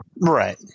right